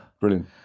Brilliant